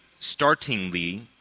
startingly